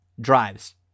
Drives